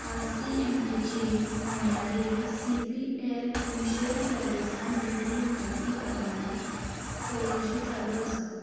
R C एमपीची म्हणयारी CPL Michel पॅरडिसान दिल्ली म्हायती प्रमाण चवकशी चालू आसा